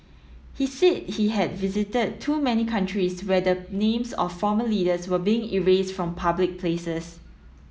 he said he had visited too many countries where the names of former leaders were being erased from public places